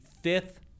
fifth